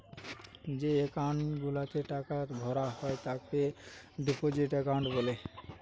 যেই একাউন্ট গুলাতে টাকা ভরা হয় তাকে ডিপোজিট একাউন্ট বলে